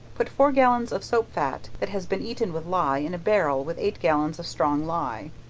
put four gallons of soap-fat that has been eaten with ley, in a barrel with eight gallons of strong ley,